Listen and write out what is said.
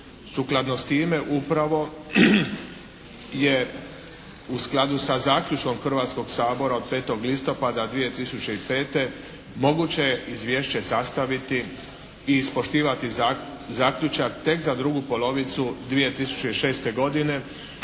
Sukladno s time, upravo je u skladu sa zaključkom Hrvatskog sabora od 5. listopada 2005. moguće je izvješće sastaviti i ispoštivati zaključak tek za drugu polovicu 2006. godine,